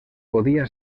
podia